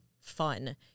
fun